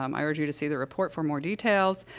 um i urge you to see the report for more details,